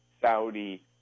Saudi